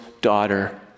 daughter